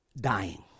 Dying